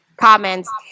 comments